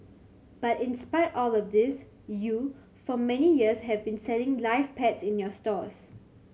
but in spite of all of this you for many years have been selling live pets in your stores